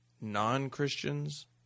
non-Christians